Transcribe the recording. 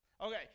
Okay